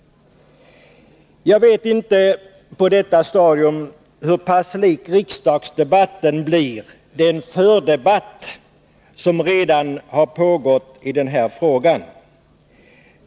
Jag vet inte på detta stadium hur pass lik riksdagsdebatten blir den fördebatt som redan pågått i den här frågan.